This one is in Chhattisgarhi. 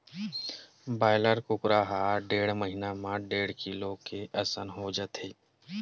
बायलर कुकरा ह डेढ़ महिना म डेढ़ किलो के असन हो जाथे